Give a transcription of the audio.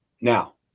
Now